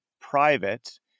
private